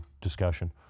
discussion